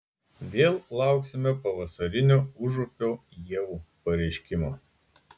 vėl lauksime pavasarinio užupio ievų pareiškimo